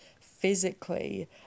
physically